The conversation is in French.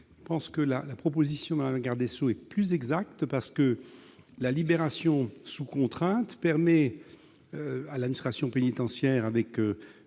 de dire que la proposition de Mme la garde des sceaux est plus exacte, parce que la libération sous contrainte permet à l'administration pénitentiaire de